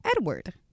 Edward